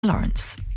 Lawrence